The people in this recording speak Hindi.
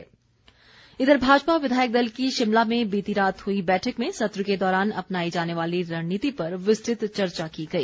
बैठकें इधर भाजपा विधायक दल की शिमला में बीती रात हुई बैठक में सत्र के दौरान अपनाई जाने वाली रणनीति पर विस्तृत चर्चा की गई